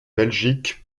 belgique